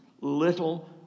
little